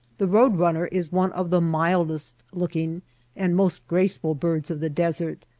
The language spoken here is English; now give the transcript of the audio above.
the road-runner is one of the mildest-looking and most graceful birds of the desert,